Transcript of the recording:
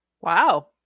wow